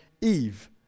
Eve